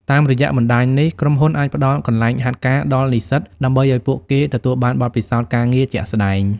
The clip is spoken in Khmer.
តាមរយៈបណ្តាញនេះ ក្រុមហ៊ុនអាចផ្តល់ កន្លែងហាត់ការ ដល់និស្សិតដើម្បីឱ្យពួកគេទទួលបានបទពិសោធន៍ការងារជាក់ស្តែង។